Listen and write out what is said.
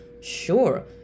sure